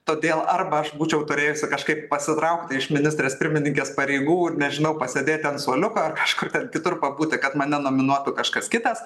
todėl arba aš būčiau turėjusi kažkaip pasitraukti iš ministrės pirmininkės pareigų ir nežinau pasėdėti ant suoliuko ar kažkur kitur pabūti kad mane nominuotų kažkas kitas